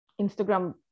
Instagram